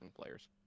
players